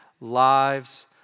lives